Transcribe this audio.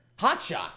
Hotshot